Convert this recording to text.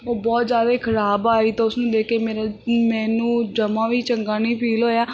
ਉਹ ਬਹੁਤ ਜਿਆਦਾ ਖਰਾਬ ਆਈ ਤਾਂ ਉਸ ਨੂੰ ਦੇਖ ਕੇ ਮੇਰਾ ਮੈਨੂੰ ਜਮਾਂ ਵੀ ਚੰਗਾ ਨਹੀਂ ਫੀਲ ਹੋਇਆ